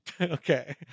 okay